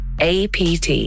APT